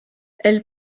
elle